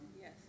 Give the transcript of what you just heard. Yes